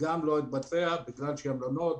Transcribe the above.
גם לא פעל בגלל שהמלונות,